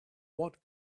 what